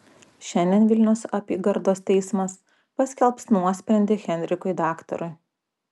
šiandien vilniaus apygardos teismas paskelbs nuosprendį henrikui daktarui